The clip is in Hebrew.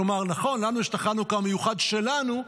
כלומר, נכון, לנו יש את החנוכה המיוחד שלנו,